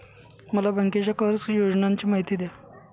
मला बँकेच्या कर्ज योजनांची माहिती द्या